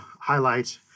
highlight